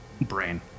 brain